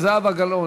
זהבה גלאון,